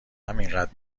همینقد